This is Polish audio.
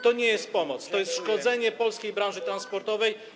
To nie jest pomoc, to jest szkodzenie polskiej branży transportowej.